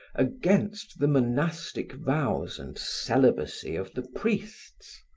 against the monastic vows and celibacy of the priests.